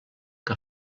que